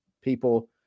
People